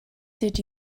did